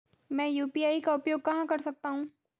मैं यू.पी.आई का उपयोग कहां कर सकता हूं?